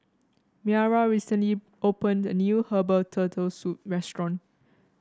Maira recently opened a new Herbal Turtle Soup restaurant